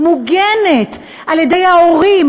מוגנת על-ידי ההורים,